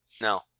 No